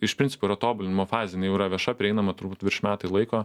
iš principo yra tobulinimo fazėj jinai jau yra vieša prieinama turbūt virš metai laiko